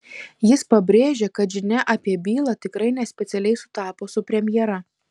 jis pabrėžė kad žinia apie bylą tikrai ne specialiai sutapo su premjera